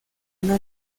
una